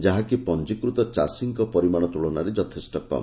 ଯାହାକି ପଞ୍ଞିକୃତ ଚାଷୀଙ୍କ ପରିମାଶ ତୁଳନାରେ ଯଥେଷ୍ କମ୍